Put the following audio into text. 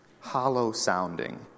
hollow-sounding